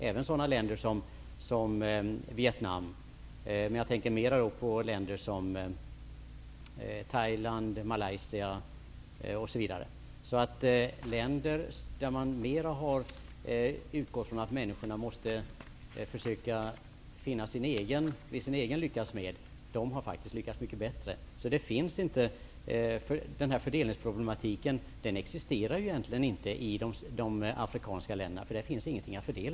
Jag tänker på länder som t.ex. Thailand och Malaysia, men det gäller även sådana länder som Vietnam. I länder där man mer har utgått ifrån att människorna måste försöka bli sin egen lyckas smed har man faktiskt lyckats mycket bättre. Den fördelningsproblematik som Karl-Erik Svartberg talar om existerar alltså inte i de afrikanska länderna, eftersom där inte finns något att fördela.